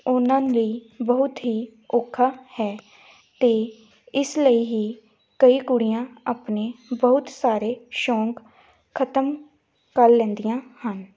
ਉਹਨਾਂ ਲਈ ਬਹੁਤ ਹੀ ਔਖਾ ਹੈ ਅਤੇ ਇਸ ਲਈ ਹੀ ਕਈ ਕੁੜੀਆਂ ਆਪਣੇ ਬਹੁਤ ਸਾਰੇ ਸ਼ੌਂਕ ਖਤਮ ਕਰ ਲੈਂਦੀਆਂ ਹਨ